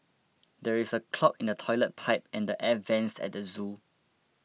there is a clog in the Toilet Pipe and the Air Vents at the zoo